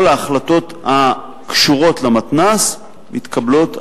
כל ההחלטות הקשורות למתנ"ס מתקבלות על-ידו,